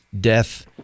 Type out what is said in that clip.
death